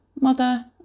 mother